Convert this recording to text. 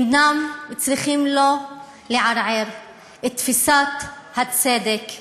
אינן צריכות לערער את תפיסת הצדק שלנו.